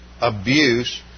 abuse